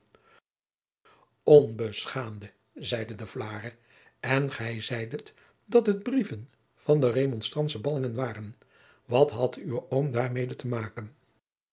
pleegzoon onbeschaamde zeide de vlaere en gij zeidet dat het brieven van de remonstrantsche ballingen waren wat had uw oom daarmede te maken